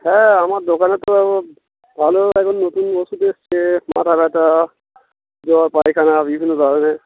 হ্যাঁ আমার দোকানে তো ভালো এখন নতুন ওষুধ এসছে মাথা ব্যাথা জ্বর পায়খানা বিভিন্ন ধরনের